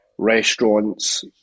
restaurants